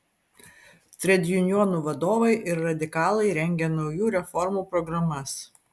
tredjunionų vadovai ir radikalai rengė naujų reformų programas